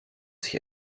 sich